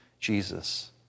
Jesus